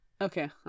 okay